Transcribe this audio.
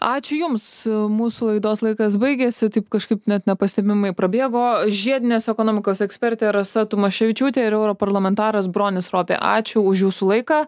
ačiū jums mūsų laidos laikas baigėsi taip kažkaip net nepastebimai prabėgo žiedinės ekonomikos ekspertė rasa tamaševičiūtė ir europarlamentaras bronis ropė ačiū už jūsų laiką